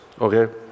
okay